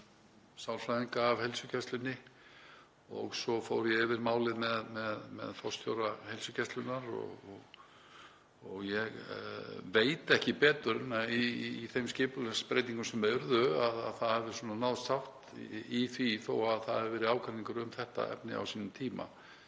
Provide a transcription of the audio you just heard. sálfræðinga af heilsugæslunni og svo fór ég yfir málið með forstjóra heilsugæslunnar og ég veit ekki betur en að um þær skipulagsbreytingar sem urðu hafi náðst sátt þó að það hafi verið ágreiningur um þetta efni á sínum tíma.